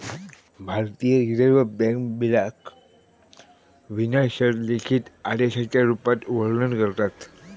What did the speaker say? भारतीय reserve bank बिलाक विना शर्त लिखित आदेशाच्या रुपात वर्णन करता